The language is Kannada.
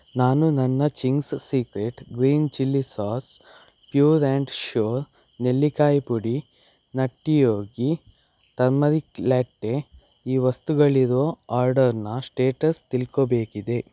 ನಾನು ನನ್ನ Ching's Secret green chilli sauce Pure and Sure ನೆಲ್ಲಿಕಾಯಿ ಪುಡಿ ನಟ್ಟಿ ಯೋಗಿ ಟರ್ಮರಿಕ್ ಲ್ಯಾಟೆ ಈ ವಸ್ತುಗಳಿರೋ ಆರ್ಡರ್ನ ಸ್ಟೇಟಸ್ ತಿಳ್ಕೊಳ್ಬೇಕಿದೆ